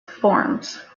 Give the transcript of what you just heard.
forms